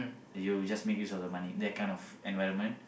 you just make use of the money that kind of environment